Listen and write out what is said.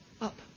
up